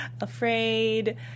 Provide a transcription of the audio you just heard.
afraid